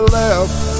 left